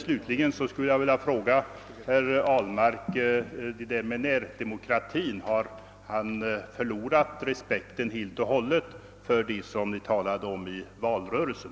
Slutligen skulle jag vilja ställa en fråga till herr Ahlmark om närdemokratin: Har han helt och hållet förlorat respekten för det som hans parti talade om i valrörelsen?